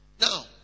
Now